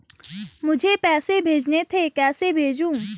मुझे पैसे भेजने थे कैसे भेजूँ?